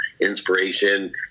inspiration